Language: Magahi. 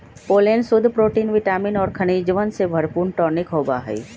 पोलेन शुद्ध प्रोटीन विटामिन और खनिजवन से भरपूर टॉनिक होबा हई